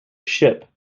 ship